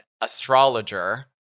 astrologer